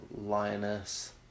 lioness